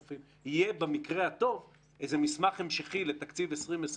במקרה הטוב יהיה מסמך המשכי לתקציב 2020,